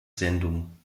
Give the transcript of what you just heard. sendung